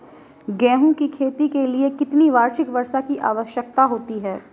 गेहूँ की खेती के लिए कितनी वार्षिक वर्षा की आवश्यकता होती है?